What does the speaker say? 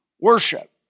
Worship